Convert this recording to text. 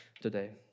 today